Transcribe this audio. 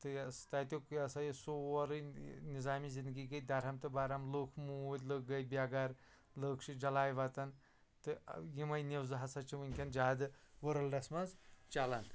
تہٕ تَتیُک یا سا یہِ سورُے نِظامِ زِنٛدگی گٔے درہم تہٕ برہم لُکھ موٗدۍ لکھ گٔے بےٚ گھر لُکھ چھ جلایہِ وَطَن تہٕ یمے نوزٕ ہَسا چھِ وُنکٮ۪ن زیادٕ ورلڈَس مَنٛز چلان